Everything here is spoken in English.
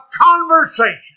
conversation